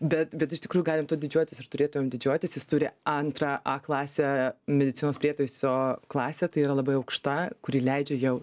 bet bet iš tikrųjų galim tuo didžiuotis ir turėtumėm didžiuotis jis turi antrą a klasę medicinos prietaiso klasę tai yra labai aukšta kuri leidžia jau